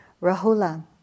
Rahula